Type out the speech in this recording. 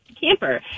camper